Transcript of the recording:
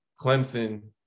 Clemson